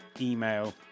email